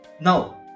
now